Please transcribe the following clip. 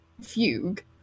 fugue